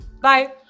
Bye